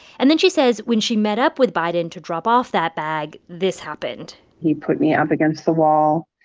and then she says when she met up with biden to drop off that bag, this happened he put me up against the wall,